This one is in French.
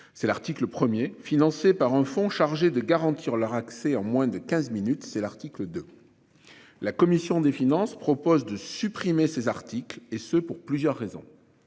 C'est l'article 1er, financée par un fonds chargé de garantir leur accès en moins de 15 minutes, c'est l'article de. La commission des finances propose de supprimer ces articles et ce pour plusieurs raisons.